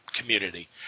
community